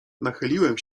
nachyliłem